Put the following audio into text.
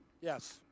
Yes